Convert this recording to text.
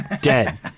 dead